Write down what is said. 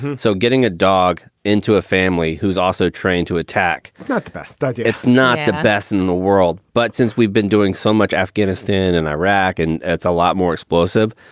so getting a dog into a family who's also trained to attack is not the best idea. it's not the best in the world. but since we've been doing so much afghanistan and iraq and it's a lot more explosive.